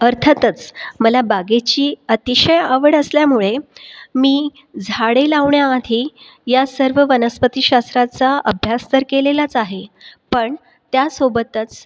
अर्थातच मला बागेची अतिशय आवड असल्यामुळे मी झाडे लावण्याआधी या सर्व वनस्पतिशास्त्राचा अभ्यास तर केलेलाच आहे पण त्या सोबतच